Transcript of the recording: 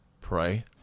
Pray